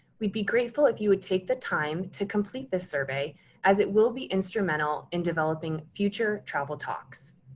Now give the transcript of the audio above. we'd be grateful if you would take the time to complete the survey as it will be instrumental in developing future travel talks.